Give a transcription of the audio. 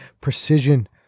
Precision